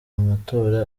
matora